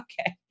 okay